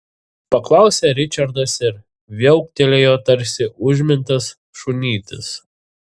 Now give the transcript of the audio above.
paklausė ričardas ir viauktelėjo tarsi užmintas šunytis